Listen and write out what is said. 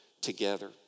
together